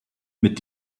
mit